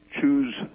choose